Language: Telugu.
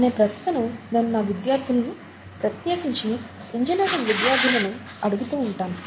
అనే ప్రశ్నను నేను నా విద్యార్థులను ప్రత్యేకించి ఇంజనీరింగ్ విద్యార్థులను అడుగుతూ ఉంటాను